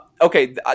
okay